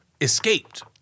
escaped